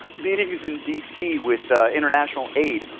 meetings in d. c. with ah international aid.